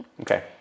Okay